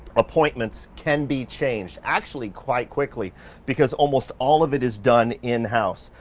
appointments can be changed actually quite quickly because almost all of it is done in-house.